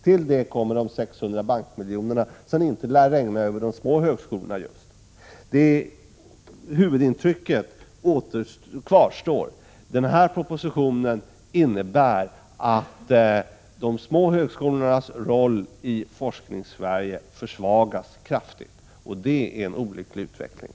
Till detta kommer de 600 bankmiljonerna som inte lär regna över de små högskolorna. Huvudintrycket kvarstår: denna proposition innebär att de små högskolornas roll i Forskningssverige försvagas kraftigt, och det är en olycklig utveckling.